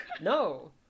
No